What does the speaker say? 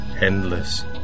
Endless